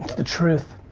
the truth.